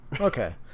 Okay